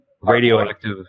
Radioactive